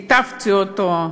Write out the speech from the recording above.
ליטפתי אותו,